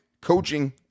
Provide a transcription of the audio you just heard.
coaching